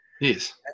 Yes